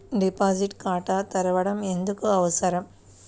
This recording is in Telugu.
డిపాజిట్ ఖాతా తెరవడం ఎందుకు అవసరం?